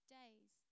days